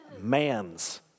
man's